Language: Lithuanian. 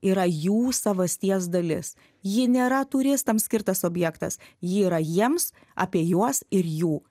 yra jų savasties dalis ji nėra turistam skirtas objektas ji yra jiems apie juos ir jų